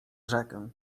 rzekę